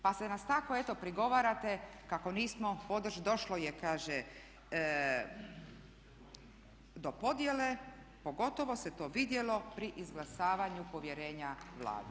Pa nam tako eto prigovarate kako nismo, došlo je kaže do podjele, pogotovo se to vidjelo pri izglasavanju povjerenja Vladi.